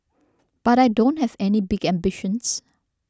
but I don't have any big ambitions